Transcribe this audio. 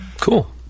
Cool